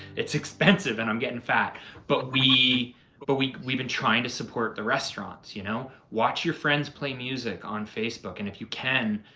it's expensive and i'm getting fat but we but we've we've been trying to support the restaurants, you know. watch your friends play music on facebook and if you can,